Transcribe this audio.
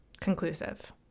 conclusive